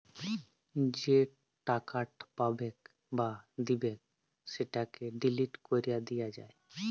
যে টাকাট পাবেক বা দিবেক সেটকে ডিলিট ক্যরে দিয়া যায়